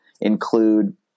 include